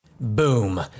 Boom